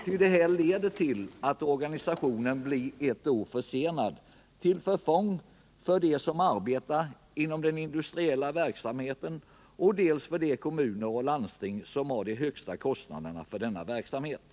Uppskovet leder till att organisationen blir ett år försenad, till förfång för dem som arbetar inom den industriella verksamheten och för de kommuner och landsting som har de högsta kostnaderna för denna verksamhet.